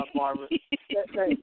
Barbara